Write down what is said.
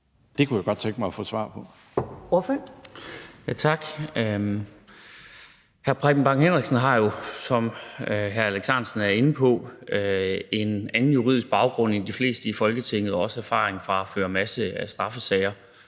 Kl. 10:53 Karsten Lauritzen (V): Tak. Hr. Preben Bang Henriksen har jo, som hr. Alex Ahrendtsen er inde på, en anden juridisk baggrund end de fleste i Folketinget og også erfaring med at føre masser af straffelovssager,